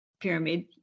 pyramid